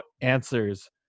answers